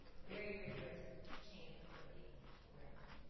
very rigorous chain of authority awareness.